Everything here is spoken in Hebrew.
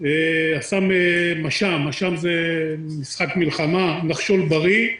ועשה מש"מ, משחק מלחמה "נחשול בריא",